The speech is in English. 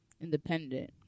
independent